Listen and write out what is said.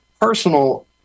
personal